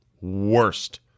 worst